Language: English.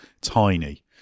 tiny